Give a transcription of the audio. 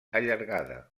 allargada